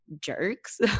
jerks